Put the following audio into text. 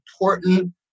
important